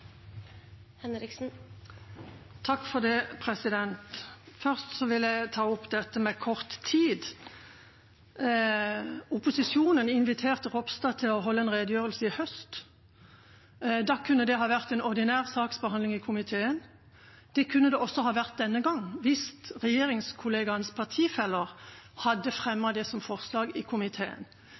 Først vil jeg ta opp dette med kort tid. Opposisjonen inviterte statsråd Ropstad til å holde en redegjørelse i høst. Da kunne det ha vært en ordinær saksbehandling i komiteen. Det kunne det også ha vært denne gangen, hvis regjeringskollegaenes partifeller hadde fremmet det som forslag i komiteen.